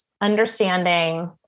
understanding